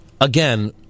again